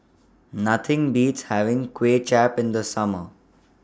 Nothing Beats having Kuay Chap in The Summer